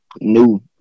new